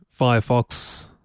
Firefox